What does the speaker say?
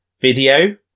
video